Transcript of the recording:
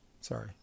sorry